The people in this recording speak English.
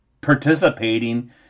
participating